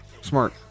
Smart